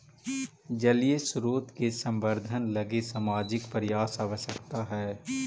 जलीय स्रोत के संवर्धन लगी सामाजिक प्रयास आवश्कता हई